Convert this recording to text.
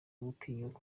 gutinyuka